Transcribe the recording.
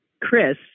Chris